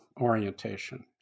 orientation